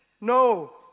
No